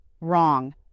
Wrong